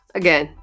again